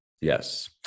Yes